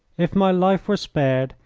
if my life were spared,